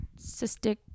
cystic